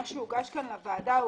מה שהוגש כאן לוועדה,